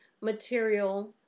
material